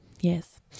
Yes